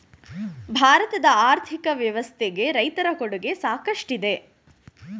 ಭಾರತದ ಆರ್ಥಿಕ ವ್ಯವಸ್ಥೆಗೆ ರೈತರ ಕೊಡುಗೆ ಸಾಕಷ್ಟಿದೆ